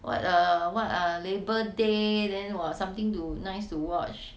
what err what err labour day then !wah! something to nice to watch